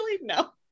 no